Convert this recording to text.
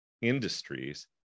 industries